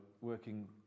working